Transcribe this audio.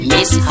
Miss